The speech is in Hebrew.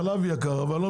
אנחנו